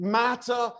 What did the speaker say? matter